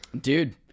Dude